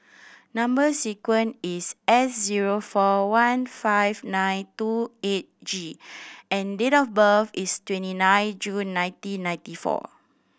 number sequence is S zero four one five nine two eight G and date of birth is twenty nine June nineteen ninety four